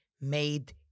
made